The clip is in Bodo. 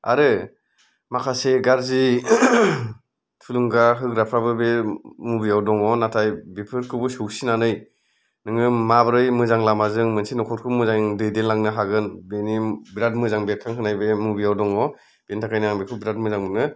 आरो माखासे गाज्रि थुलुंगा होग्राफ्राबो बे मुभियाव दङ नाथाय बेफोरखौबो सौसिनानै नोङो माबोरै मोजां लामाजों मोनसे न'खरखौ मोजाङै दैदेनलांनो हागोन बेनि बेराद मोजां बेरखांहोनाय बे मुभियाव दङ बेनि थाखायनो आं बेखौ बेराद मोजां मोनो